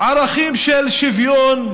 ערכים של שוויון,